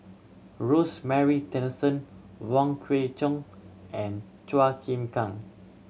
Rosemary Tessensohn Wong Kwei Cheong and Chua Chim Kang